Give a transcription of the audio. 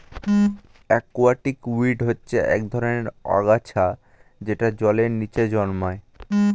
aquatic weed হচ্ছে এক ধরনের আগাছা যেটা জলের নিচে জন্মায়